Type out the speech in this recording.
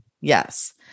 Yes